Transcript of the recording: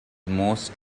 most